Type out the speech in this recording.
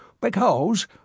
Because